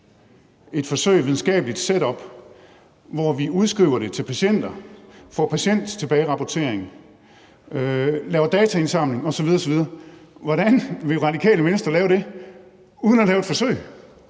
et forsøg, et videnskabeligt setup, hvor vi udskriver det til patienter, får patienttilbagerapportering, laver dataindsamling osv. Hvordan vil Radikale Venstre lave det uden at lave et forsøg?